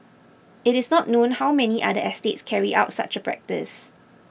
it is not known how many other estates carried out such a practice